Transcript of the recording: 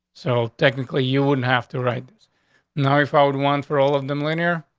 so, technically, you wouldn't have to write this now if i would want for all of them linear,